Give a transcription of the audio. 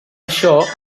això